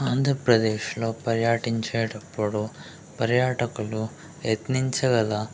ఆంధ్రప్రదేశ్లో పర్యాటించేటప్పుడు పర్యాటకులు యత్నించగల